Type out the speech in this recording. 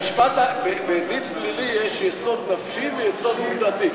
בדין פלילי יש יסוד נפשי ויסוד עובדתי,